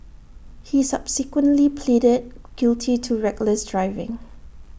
he subsequently pleaded guilty to reckless driving